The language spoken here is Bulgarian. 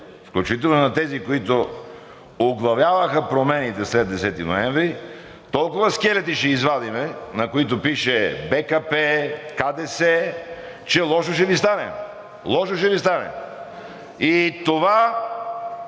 включително и на тези, които оглавяваха промените след 10 ноември, толкова скелети ще извадим, на които пише: БКП, КДС, че лошо ще Ви стане. Лошо ще Ви стане! И това